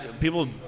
people